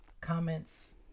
comments